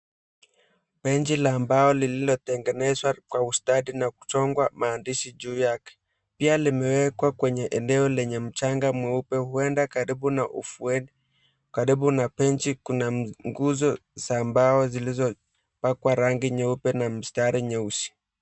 Benchi la mbao lililotengenezwa kwa ustadi na kuchongwa maandishi juu yake. Pia limewekwa kwenye eneo lenye mchanga mweupe huenda karibu na ufueni. Karibu na benchi kuna nguzo za mbao zilizopakwa rangi nyeupe na mistari nyeusi.